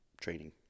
training